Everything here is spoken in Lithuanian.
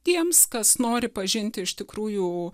tiems kas nori pažinti iš tikrųjų